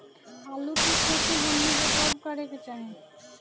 आलू की खेती हमनी के कब करें के चाही?